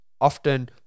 often